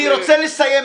אני רוצה לסיים.